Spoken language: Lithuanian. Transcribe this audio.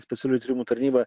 specialiųjų tyrimų tarnyba